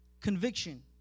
Conviction